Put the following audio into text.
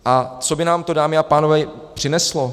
A co by nám to, dámy a pánové, přineslo?